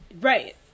Right